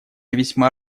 весьма